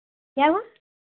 क्या